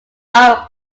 our